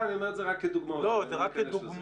אני אומר את זה רק כדוגמה, לא ניכנס לזה.